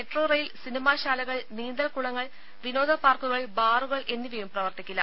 metro rail cinema ശാലകൾ നീന്തൽ കുളങ്ങൾ വിനോദ പാർക്കുകൾ ബാറുകൾ എന്നിവയും പ്രവർത്തിക്കില്ല